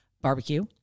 barbecue